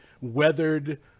weathered